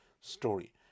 story